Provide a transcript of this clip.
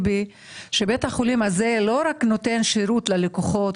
בית החולים הזה לא רק נותן שירות ללקוחות,